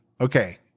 okay